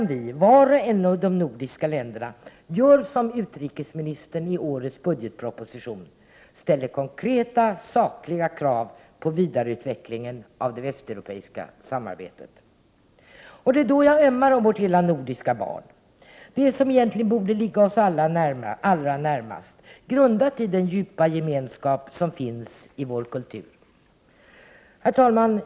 Var och en i de nordiska länderna gör som utrikesministern i årets budgetproposition, dvs. ställer konkreta sakliga krav på vidareutvecklingen av det västeropeiska samarbetet. Jag ömmar om vårt lilla nordiska barn. Det som egentligen ligger oss allra närmast — grundat i den djupa gemenskap som finns i vår kultur. Herr talman!